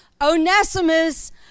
Onesimus